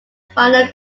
final